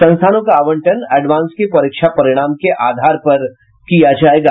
संस्थानों का आवंटन एडवांस के परीक्षा परिणाम के आधार पर किया जायेगा